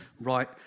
right